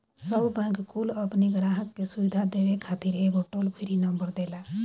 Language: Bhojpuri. सब बैंक कुल अपनी ग्राहक के सुविधा देवे खातिर एगो टोल फ्री नंबर देला